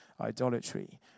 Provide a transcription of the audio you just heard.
idolatry